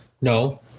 No